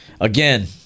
again